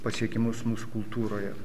pasiekimus mūsų kultūroje